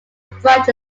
branch